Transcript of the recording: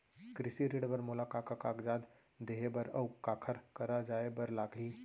कृषि ऋण बर मोला का का कागजात देहे बर, अऊ काखर करा जाए बर लागही?